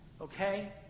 okay